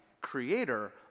creator